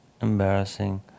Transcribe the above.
embarrassing